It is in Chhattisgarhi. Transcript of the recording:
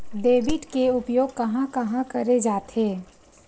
डेबिट के उपयोग कहां कहा करे जाथे?